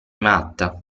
matta